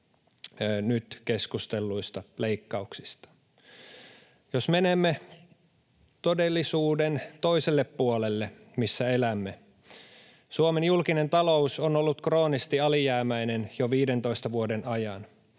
nyt keskustelluista leikkauksista. Jos menemme todellisuuden toiselle puolelle, missä elämme: Suomen julkinen talous on ollut kroonisesti alijäämäinen jo 15 vuoden ajan.